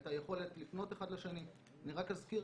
את היכולת לפנות אחד לשני אני רק אזכיר